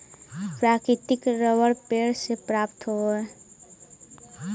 प्राकृतिक रबर पेड़ से प्राप्त होवऽ हइ